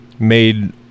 Made